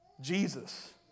Jesus